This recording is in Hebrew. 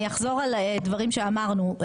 אני אחזור על דברים שאמרנו,